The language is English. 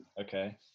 Okay